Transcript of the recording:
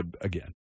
again